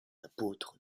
apôtres